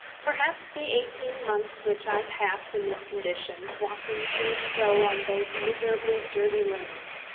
perhaps the months which i passed in this condition, walking to and fro on those miserably dirty lanes,